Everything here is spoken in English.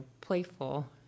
playful